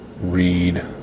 read